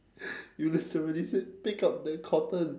you literally said pick up the cotton